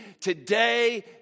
today